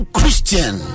Christian